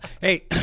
Hey